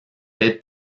ted